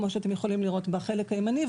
כמו שאתם יכולים לראות בחלק הימני,